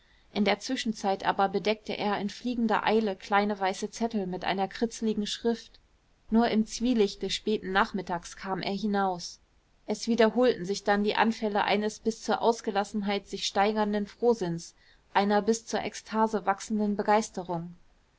in der zwischenzeit aber bedeckte er in fliegender eile kleine weiße zettel mit einer kritzligen schrift nur im zwielicht des späten nachmittags kam er hinaus es wiederholten sich dann die anfälle eines bis zur ausgelassenheit sich steigernden frohsinns einer bis zur ekstase wachsenden begeisterung